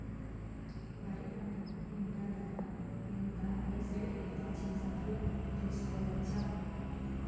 వరి పంటకు క్వింటా ధర ఎంత డిసైడ్ ఎలా చేశారు తెలుసుకోవచ్చా?